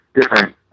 different